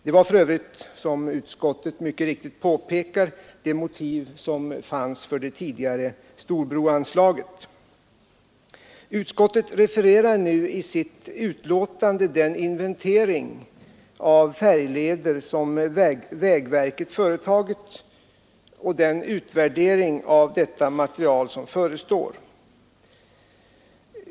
Det var för övrigt, som utskottet mycket riktigt påpekar, det motivet som förelåg för det tidigare storbroanslaget. Utskottet refererar nu i sitt utlåtande den inventering av färjleder som vägverket företagit och den utvärdering av detta material som förestår.